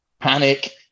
panic